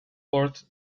port